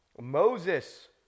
Moses